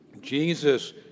Jesus